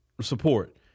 support